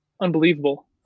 unbelievable